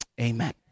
amen